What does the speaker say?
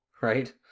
right